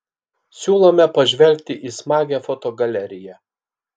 siūlome pažvelgti į smagią fotogaleriją